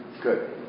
Good